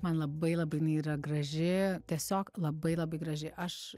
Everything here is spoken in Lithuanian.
man labai labai jinai yra graži tiesiog labai labai graži aš